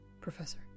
Professor